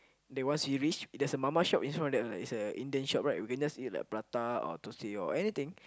then once we reach there's a mama shop in front of that is a Indian shop right we just eat like prata or thosai or anything